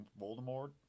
Voldemort